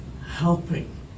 helping